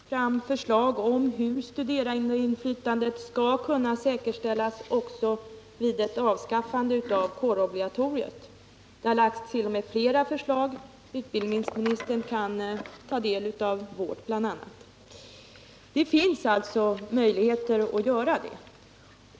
Herr talman! Det har lagts fram förslag om hur studerandeinflytandet skall kunna säkerställas också vid ett avskaffande av kårobligatoriet. Det har t.o.m. lagts flera förslag. Utbildningsministern kan ta del av bl.a. vårt. Det finns alltså möjligheter att avskaffa obligatoriet.